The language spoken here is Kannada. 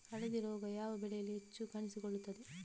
ಹಳದಿ ರೋಗ ಯಾವ ಬೆಳೆಯಲ್ಲಿ ಹೆಚ್ಚು ಕಾಣಿಸಿಕೊಳ್ಳುತ್ತದೆ?